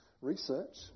research